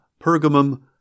Pergamum